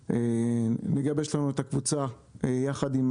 נגבש לנו את הקבוצה יחד עם